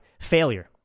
failure